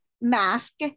mask